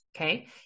Okay